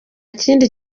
kindi